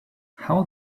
how